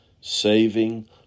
saving